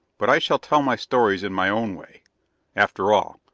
but i shall tell my stories in my own way after all,